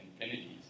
infinities